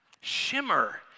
shimmer